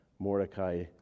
Mordecai